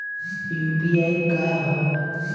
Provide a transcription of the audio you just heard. UPI का ह?